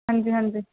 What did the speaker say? ਹਾਂਜੀ ਹਾਂਜੀ